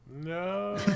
No